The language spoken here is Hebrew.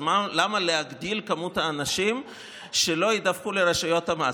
אז למה להגדיל את מספר האנשים שלא ידווחו לרשויות המס?